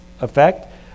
effect